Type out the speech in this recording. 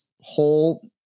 whole